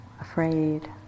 afraid